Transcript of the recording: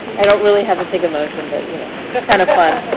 i don't really have to take a motion, but you know kind of fun.